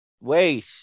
Wait